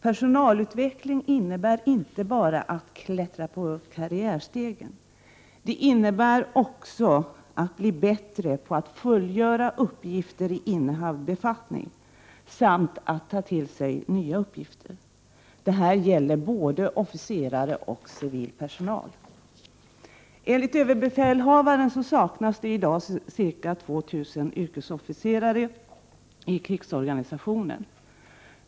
Personalutveckling innebär inte bara att klättra på karriärstegen. Det innebär också att bli bättre på att fullgöra uppgifter i innehavd befattning samt att ta till sig nya uppgifter. Detta gäller både officerare och civil personal. Enligt överbefälhavaren saknas i dag ca 2 000 yrkesofficerare i krigsorganisationen.